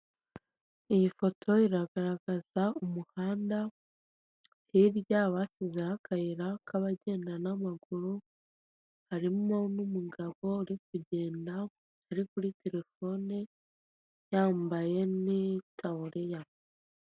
Iyi foto iragaragaza umuhanda hirya bashyizeho akayira k'abagenda n'amaguru harimo n'umugabo uri kugenda uri kuri terefone yambaye n'itaburiya.